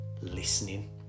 listening